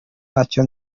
ntacyo